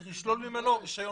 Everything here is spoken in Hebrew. צריך לשלול ממנו רישיון.